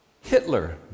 Hitler